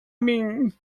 mean